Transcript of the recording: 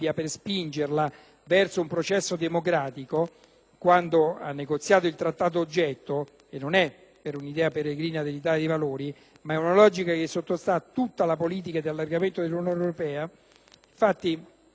è un'idea peregrina dell'Italia dei Valori, ma è la logica sottostante a tutta la politica di allargamento dell'Unione europea. Infatti, nei Protocolli di adesione per i Paesi che intendono entrare nella Comunità, c'è l'obbligo